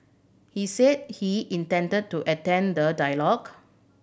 he said he intend to attend the dialogue